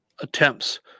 attempts